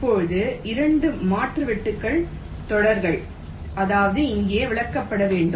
இப்போது 2 மாற்று வெட்டுத் தொடர்கள் அதாவது இங்கே விளக்கப்பட வேண்டும்